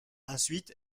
ensuite